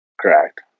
Correct